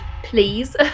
please